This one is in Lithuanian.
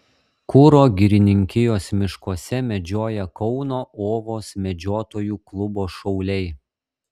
kuro girininkijos miškuose medžioja kauno ovos medžiotojų klubo šauliai